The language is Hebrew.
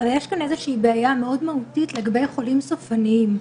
אך יש כאן איזושהי בעיה מאוד מהותית לגבי החולים הסופניים.